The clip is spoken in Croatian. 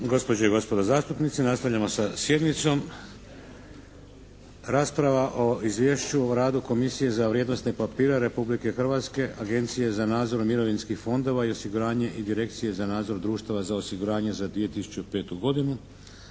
Gospođe i gospodo zastupnici nastavljamo sa sjednicom. - Izvješće o radu Komisije za vrijednosne papire Republike Hrvatske, Agencije za nadzor mirovinskih fondova i osiguranja i direkcije za nadzor društava za osiguranje za 2005. godinu